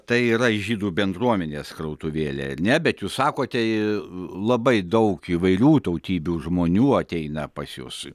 tai yra žydų bendruomenės krautuvėlė ne bet jūs sakote labai daug įvairių tautybių žmonių ateina pas jus